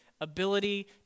ability